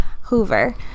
Hoover